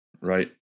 right